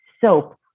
soap